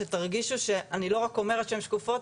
שתרגישו שאני לא רק אומרת שהן שקופות,